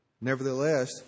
Nevertheless